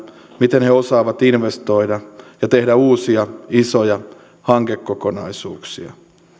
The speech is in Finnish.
miten he osaavat investoida ja tehdä uusia isoja hankekokonaisuuksia